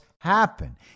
happen